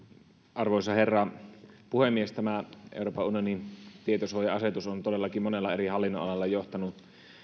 arvoisa herra puhemies tämä euroopan unionin tietosuoja asetus on todellakin monella eri hallinnonalalla johtanut